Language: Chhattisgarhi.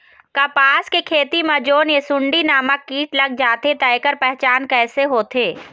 कपास के खेती मा जोन ये सुंडी नामक कीट लग जाथे ता ऐकर पहचान कैसे होथे?